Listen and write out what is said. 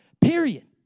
period